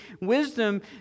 wisdom